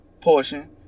portion